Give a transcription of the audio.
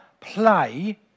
play